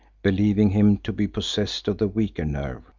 believing him to be possessed of the weaker nerve.